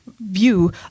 view